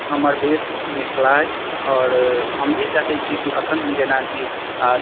हमर बेस मिथिला अइ आओर हम भी चाहैत छी कि अखन हम जेनाकि